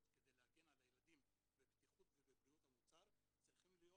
כדי להגן על הילדים בבטיחות ובבריאות המוצר צריכים להיות